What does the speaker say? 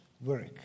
work